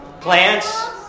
Plants